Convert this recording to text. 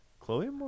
Chloe